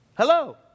Hello